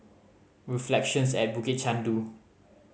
Reflections at Bukit Chandu